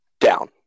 down